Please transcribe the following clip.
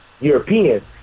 Europeans